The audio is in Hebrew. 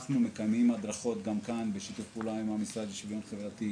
אנחנו מקיימים הדרכות גם בשיתוף פעולה עם המשרד לשוויון חברתי,